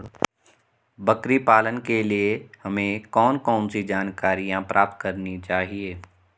बकरी पालन के लिए हमें कौन कौन सी जानकारियां प्राप्त करनी चाहिए?